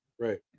Right